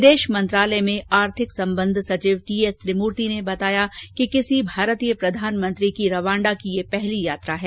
विदेशमंत्रालय में आर्थिक संबंध सचिव टीएस त्रिमूर्ति ने बताया कि किसी भारतीय प्रधानमंत्रीकी रवांडा की यह पहली यात्रा है